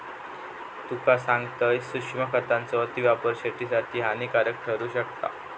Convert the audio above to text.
तुका सांगतंय, सूक्ष्म खतांचो अतिवापर शेतीसाठी हानिकारक ठरू शकता